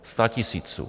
Statisíců.